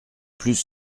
plus